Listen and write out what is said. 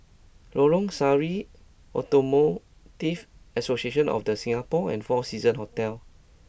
Lorong Sari Automobile Deep Association of The Singapore and Four Seasons Hotel